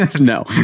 No